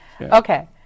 Okay